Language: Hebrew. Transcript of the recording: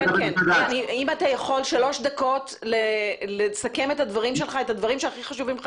אם אתה יכול לסכם את הדברים הכי חשובים שלך